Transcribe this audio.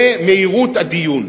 זה מהירות הדיון.